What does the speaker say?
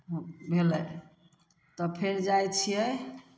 भेलै तब फेर जाइ छियै